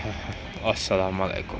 اَسلامُ علیکُم